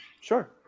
Sure